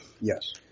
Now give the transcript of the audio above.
Yes